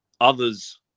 Others